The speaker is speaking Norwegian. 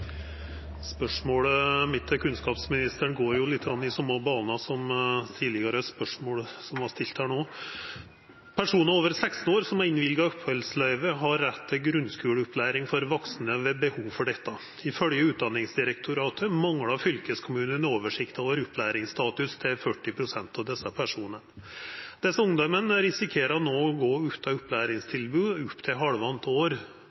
Spørsmålet mitt til kunnskapsministeren går litt i same bane som spørsmålet som vart stilt her tidlegare: «Personer over 16 år som er innvilga opphaldsløyve, har rett til grunnskoleopplæring for voksne ved behov for dette. Ifølgje Utdanningsdirektoratet manglar fylkeskommunane oversikt over opplæringsstatus til 40 pst. av desse personane. Desse ungdommane risikerer nå å gå utan opplæringstilbud i opptil halvanna år